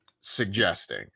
suggesting